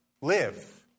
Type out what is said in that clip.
live